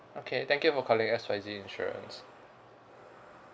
okay thank you for calling X Y Z insurance